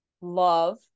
love